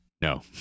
no